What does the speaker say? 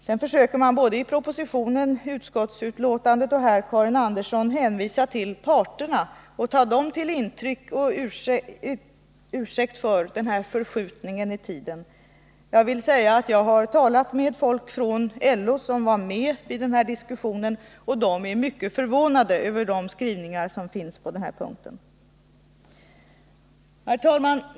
Sedan försöker man både i propositionen och i utskottsbetänkandet hänvisa till parterna — det gör nu också Karin Andersson — och ta dem som ursäkt för den här förskjutningen i tiden. Jag har talat med folk från LO som var med vid diskussionen i fråga, och de är mycket förvånade över de skrivningar som föreligger på den här punkten. Herr talman!